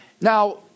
Now